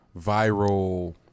viral